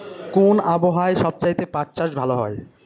কোন আবহাওয়ায় সবচেয়ে পাট চাষ ভালো হয়?